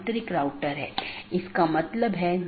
हालांकि हर संदेश को भेजने की आवश्यकता नहीं है